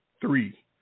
three